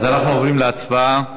אנחנו עוברים להצבעה.